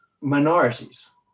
minorities